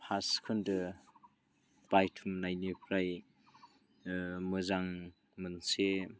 first खोन्दोआव बायथुमनायनिफ्राय मोजां मोनसे